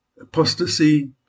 apostasy